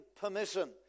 permission